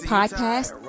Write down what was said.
Podcast